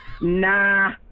nah